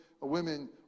women